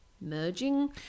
merging